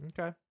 Okay